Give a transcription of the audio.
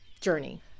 journey